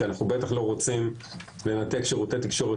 כי אנחנו לא רוצים לנתק שירותי תקשורת